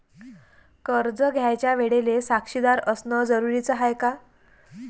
कर्ज घ्यायच्या वेळेले साक्षीदार असनं जरुरीच हाय का?